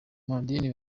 madini